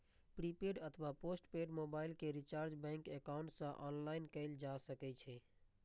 prepaid अथवा post paid mobile के recharge bank account सं ऑनलाइन कैल जा सकै छै